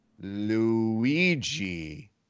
Luigi